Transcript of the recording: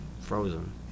Frozen